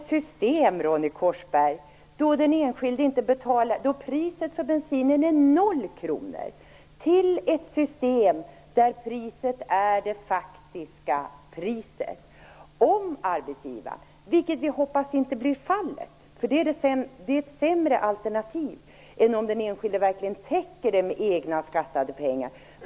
Fru talman! Vi går ifrån ett system, Ronny Korsberg, där priset på bensinen är noll kronor till ett system där kostnaden är det faktiska priset. Vi hoppas att arbetsgivaren inte skall betala bensinen åt den enskilde, eftersom det är ett sämre alternativ än om den enskilde täcker kostnaden med egna, skattade pengar.